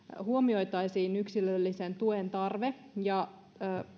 huomioitaisiin yksilöllisen tuen tarve ja